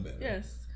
Yes